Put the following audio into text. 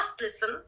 listen